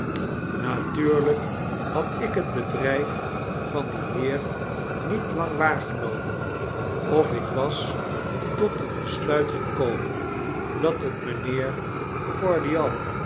natuurlijk had ik het bedrijf van dien heer niet lang waargenomen of ik was tot het besluit gekomen dat het mijnheer